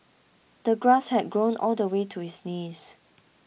the grass had grown all the way to his knees